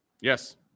Yes